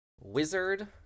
wizard